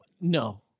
No